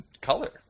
color